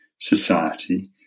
society